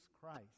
Christ